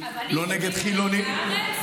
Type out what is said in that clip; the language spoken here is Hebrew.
לא נגד חילונים,